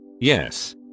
Yes